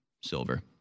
Silver